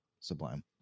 Sublime